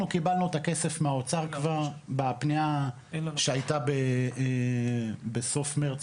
אנחנו קיבלנו את הכסף מהאוצר כבר בפנייה שהייתה בסוף מרץ,